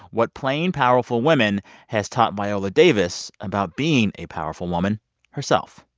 what playing powerful women has taught viola davis about being a powerful woman herself.